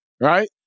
right